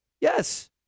Yes